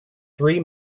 three